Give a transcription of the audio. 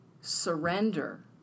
surrender